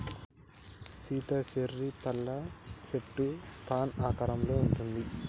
Sita cherry పళ్ళ సెట్టు fan ఆకారంలో ఉంటది